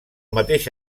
mateix